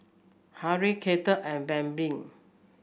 Harrie Katy and Bambi